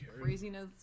craziness